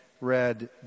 read